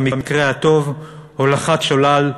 במקרה הטוב הולכת שולל,